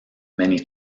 many